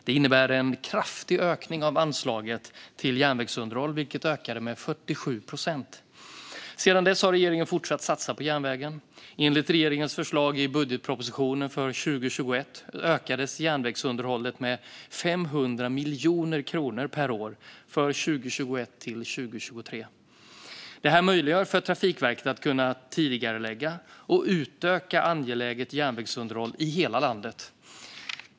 Det innebar en kraftig ökning av anslaget till järnvägsunderhåll, vilket ökade med 47 procent. Sedan dess har regeringen fortsatt att satsa på järnvägen. Enligt regeringens förslag i budgetpropositionen för 2021 ökades järnvägsunderhållet med 500 miljoner kronor per år för 2021-2023. Det här möjliggör för Trafikverket att tidigarelägga och utöka angeläget järnvägsunderhåll i hela landet.